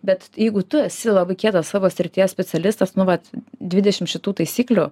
bet jeigu tu esi labai kietas savo srities specialistas nu vat dvidešimt šitų taisyklių